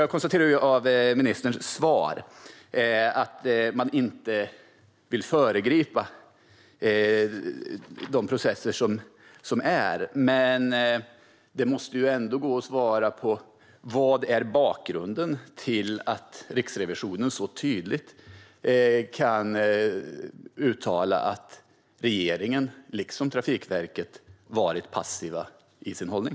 Jag konstaterar utifrån ministerns svar att han inte vill föregripa de processer som finns, men det måste ändå gå att svara på vad som är bakgrunden till att Riksrevisionen så tydligt kan uttala att regeringen liksom Trafikverket har varit passiva i sin hållning.